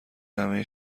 همه